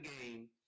game